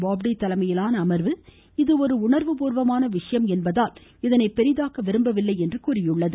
பாப்டே தலைமையிலான அமர்வு இது ஒரு உணர்வுபூர்வமான விஷயம் என்பதால் இதனை பெரிதாக்க விரும்பவில்லை என்றும் கூறியுள்ளது